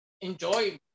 enjoy